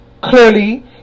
Clearly